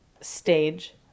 stage